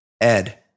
Ed